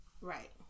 Right